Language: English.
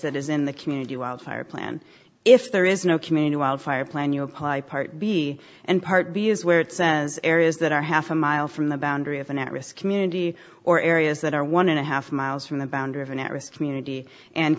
that is in the community wildfire plan if there is no community wildfire plan you apply part b and part b is where it says areas that are half a mile from the boundary of an at risk community or areas that are one and a half miles from the boundary of an at risk community and